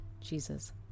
Jesus